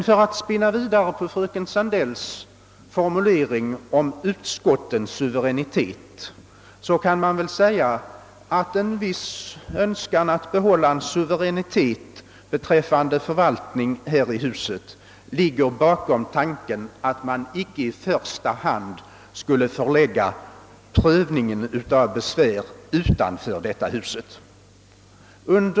För att spinna vidare på fröken Sandells formulering om utskottens suveränitet kan man väl säga att en viss önskan att behålla suveränitet beträffande förvaltningen här i huset ligger bakom tanken att prövningen av besvär icke skall i första hand förläggas utanför riksdagen.